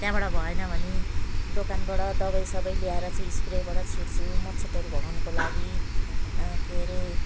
त्यहाँबाट भएन भने दोकानबाट दबाई सबाई ल्याएर चाहिँ स्प्रेबाट छिट्छु मच्छरहरू भगाउनुको लागि के हरे